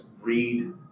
read